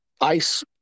ice